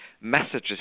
messages